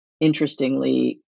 interestingly